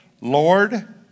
Lord